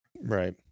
Right